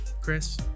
Chris